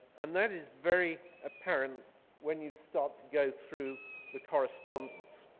and that is very apparent when you start to go through the correspondence.